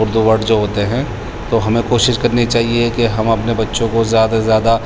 Urdu word جو ہوتے ہیں تو ہمیں کوشش کرنی چاہیے کہ ہم اپنے بچوں کو زیادہ سے زیادہ